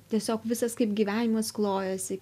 tiesiog visas kaip gyvenimas klojasi